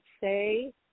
say